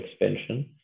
expansion